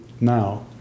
now